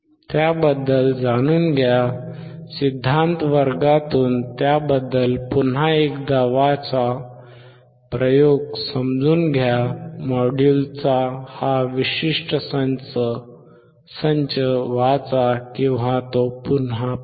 त्याबद्दल जाणून घ्या सिद्धांत वर्गातून त्याबद्दल पुन्हा एकदा वाचा प्रयोग समजून घ्या मॉड्यूलचा हा विशिष्ट संच वाचा किंवा तो पुन्हा पहा